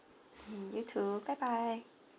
you too bye bye